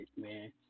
man